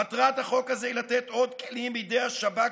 מטרת החוק הזה היא לתת עוד כלים בידי השב"כ,